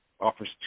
offers